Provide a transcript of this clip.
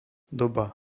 doba